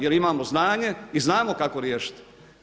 Jer imamo znanje i znamo kako riješiti.